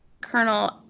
Colonel